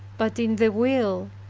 but in the will,